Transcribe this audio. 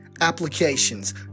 applications